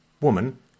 woman